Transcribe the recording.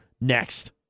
Next